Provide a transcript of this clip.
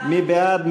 מי בעד?